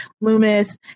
Loomis